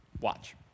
watch